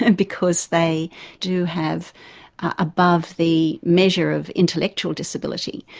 and because they do have above the measure of intellectual disability.